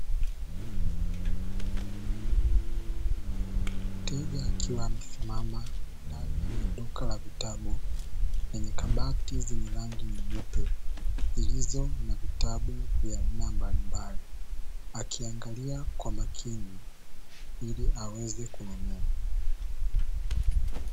Mteja akiwa amesimama ndani ya duka la vitabu lenye kabati zenye rangi nyeupe zilizo na vitabu vya aina mbali mbali akiangalia kwa makini ili aweze kununua.